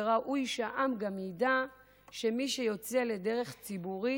וראוי שהעם גם ידע שמי שיוצא לדרך ציבורית,